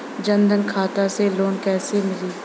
जन धन खाता से लोन कैसे मिली?